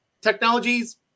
technologies